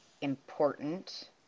important